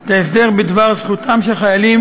את ההסדר בדבר זכותם של חיילים